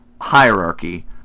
hierarchy